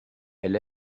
elle